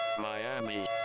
Miami